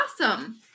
Awesome